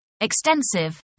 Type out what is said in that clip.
extensive